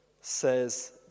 says